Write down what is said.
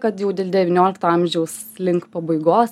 kad jau den devyniolikto amžiaus link pabaigos